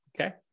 okay